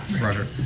roger